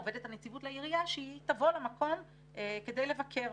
עובדת הנציבות לעירייה שהיא תבוא למקום כדי לבקר.